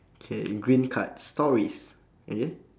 okay green card stories okay